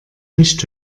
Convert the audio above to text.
nicht